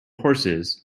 horses